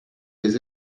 his